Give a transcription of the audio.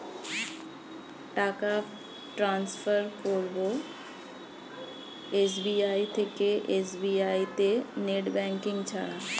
টাকা টান্সফার করব এস.বি.আই থেকে এস.বি.আই তে নেট ব্যাঙ্কিং ছাড়া?